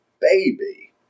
baby